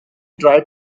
tried